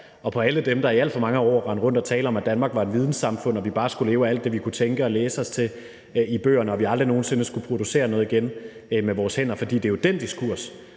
og på alle dem, der i alt for mange år rendte rundt og talte om, at Danmark var et vidensamfund, og at vi bare skulle leve af alt det, vi kunne tænke og læse os til i bøgerne, og at vi aldrig nogen sinde skulle producere noget igen med vores hænder. For det er jo den diskurs,